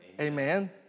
Amen